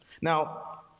Now